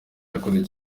yakoze